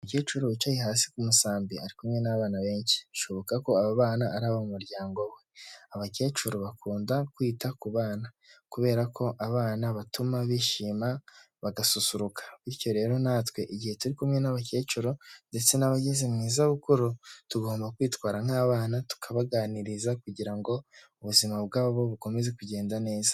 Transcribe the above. Umukecuru wicaye hasi ku musambi ari kumwe n'abana benshi, bishoboka ko aba bana ari abo mu muryango we, abakecuru bakunda kwita ku bana kubera ko abana batuma bishima bagasusuruka, bityo rero natwe igihe turi kumwe n'abakecuru ndetse n'abageze mu zabukuru, tugomba kwitwara nk'abana tukabaganiriza kugira ngo ubuzima bwabo bukomeze kugenda neza.